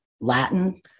Latin